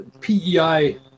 PEI